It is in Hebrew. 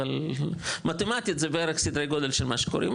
אבל מתמטית זה בערך סדרי גודל של מה שקוראים,